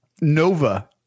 Nova